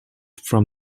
from